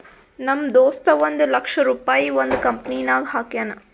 ನಮ್ ದೋಸ್ತ ಒಂದ್ ಲಕ್ಷ ರುಪಾಯಿ ಒಂದ್ ಕಂಪನಿನಾಗ್ ಹಾಕ್ಯಾನ್